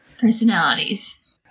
personalities